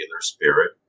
spirit